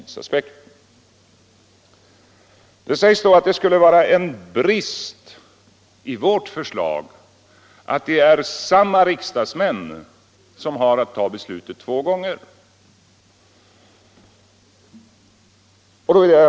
Det sägs att det skulle vara en brist i vårt förslag att samma riksdagsmän har att fatta beslut två gånger.